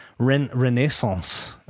renaissance